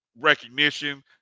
recognition